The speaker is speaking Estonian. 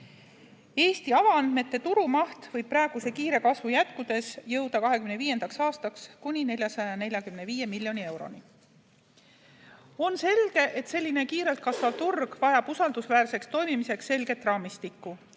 Eesti avaandmete turu maht võib praeguse kiire kasvu jätkudes jõuda 2025. aastaks kuni 445 miljoni euroni. On selge, et selline kiirelt kasvav turg vajab usaldusväärseks toimimiseks selget raamistikku.